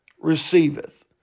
receiveth